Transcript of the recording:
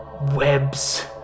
webs